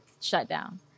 shutdown